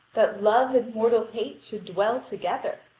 that love and mortal hate should dwell together.